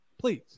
Please